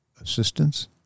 assistance